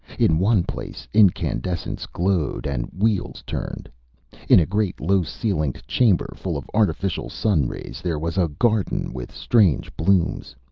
in one place, incandescence glowed and wheels turned in a great low-ceilinged chamber full of artificial sun-rays there was a garden with strange blooms.